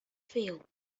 feel